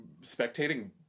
spectating